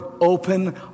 open